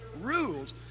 rules